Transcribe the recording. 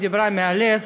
היא דיברה מהלב.